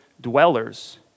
dwellers